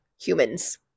humans